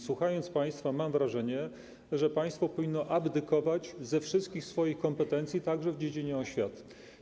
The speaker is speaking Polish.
Słuchając państwa, mam wrażenie, że państwo powinno abdykować ze wszystkich swoich kompetencji także w dziedzinie oświaty.